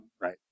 right